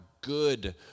good